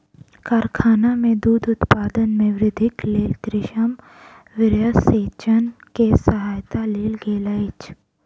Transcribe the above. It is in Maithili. कारखाना में दूध उत्पादन में वृद्धिक लेल कृत्रिम वीर्यसेचन के सहायता लेल गेल अछि